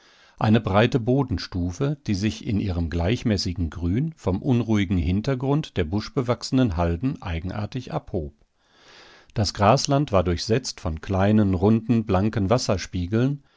eine breite bodenstufe die sich in ihrem gleichmäßigen grün vom unruhigen hintergrund der buschbewachsenen halden eigenartig abhob das grasland war durchsetzt von kleinen runden blanken wasserspiegeln